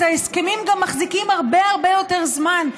אז ההסכמים גם מחזיקים הרבה הרבה יותר זמן,